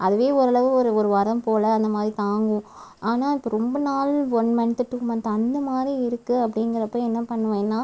அதுவே ஓரளவு ஒரு ஒரு வாரம் போல் அந்த மாதிரி தாங்கும் ஆனால் இப்போ ரொம்ப நாள் ஒன் மன்த் டூ மன்த் அந்த மாதிரி இருக்கு அப்படிங்குறப்ப என்ன பண்ணுவேன்னா